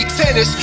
tennis